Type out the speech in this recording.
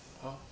!huh!